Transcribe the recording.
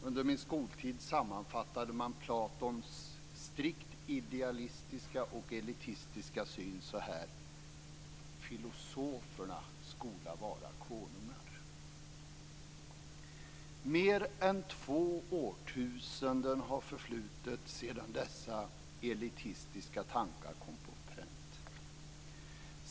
Under min skoltid sammanfattades Platons strikt idealistiska och elitistiska syn så här: Filosoferna skola vara konungar. Mer än två årtusenden har förflutit sedan dessa elitistiska tankar kom på pränt.